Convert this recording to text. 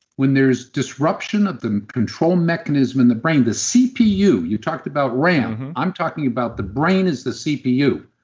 when there's disruption of the control mechanism in the brain, the cpu, you talked about ram, i'm talking about the brain as the cpu.